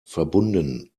verbunden